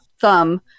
thumb